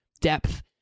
depth